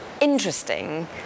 Interesting